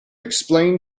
explain